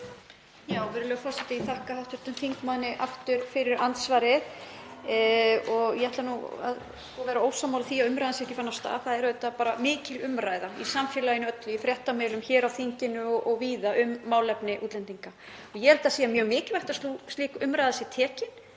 Virðulegur forseti. Ég þakka hv. þingmanni aftur fyrir andsvarið. Ég ætla að vera ósammála því að umræðan sé ekki farin af stað. Það er auðvitað mikil umræða í samfélaginu öllu, í fréttamiðlum, hér á þinginu og víða um málefni útlendinga. Ég tel mjög mikilvægt að slík umræða sé tekin.